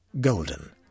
golden